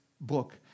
book